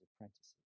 apprentices